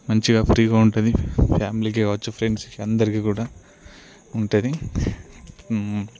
మంచిగా ఫ్రీగా ఉంటుంది ఫ్యామిలీకే కావచ్చు ఫ్రెండ్స్ అందరికీ కూడా ఉంటుంది